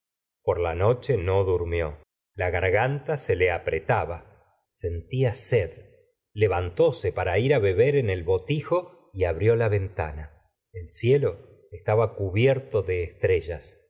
por la noche no durmió la garganta se le apretaba senla señora de bovary gustavo flaubert tia sed levantóse para ir beber en el botijo y abrió la ventana et cielo estaba cubierto de estrellas